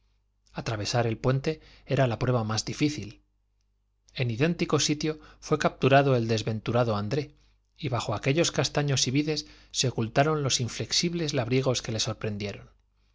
atravesar el puente era la prueba más difícil en idéntico sitio fué capturado el desventurado andré y bajo aquellos castaños y vides se ocultaron los inflexibles labriegos que le sorprendieron